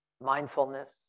mindfulness